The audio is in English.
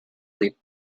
lip